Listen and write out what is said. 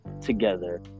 together